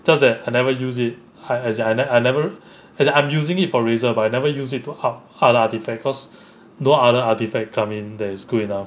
just that I never use it I as in I never I never as in I'm using it for razor I never use it to up other artefact cause no other artefact come in that is good enough